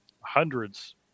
hundreds